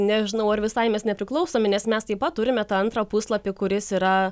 nežinau ar visai mes nepriklausomi nes mes taip pat turime tą antrą puslapį kuris yra